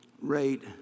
rate